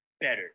better